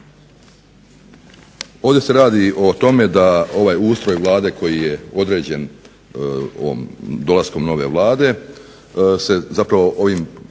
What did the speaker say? ovdje se radi o tome da ovaj ustroj Vlade koji je određen dolaskom nove Vlade se zapravo ovim